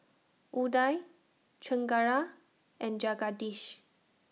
Udai Chengara and Jagadish